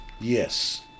Yes